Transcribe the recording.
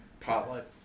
potluck